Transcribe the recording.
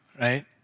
right